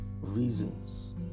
reasons